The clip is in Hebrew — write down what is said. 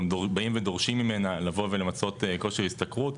באים ודורשים ממנה לבוא ולמצות כושר השתכרות,